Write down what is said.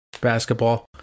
basketball